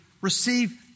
receive